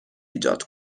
ایجاد